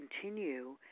continue